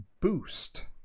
boost